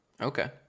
Okay